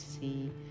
see